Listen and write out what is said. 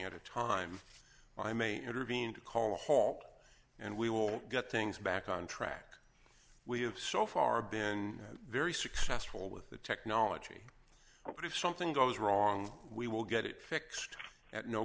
at a time i may intervene to call a halt and we will get things back on track we have so far been very successful with the technology but if something goes wrong we will get it fixed at no